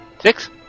Six